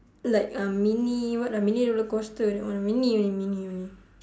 like a mini what lah mini roller coaster that one mini only mini only